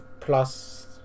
plus